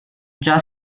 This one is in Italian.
già